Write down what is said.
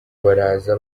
baraza